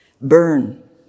burn